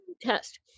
Test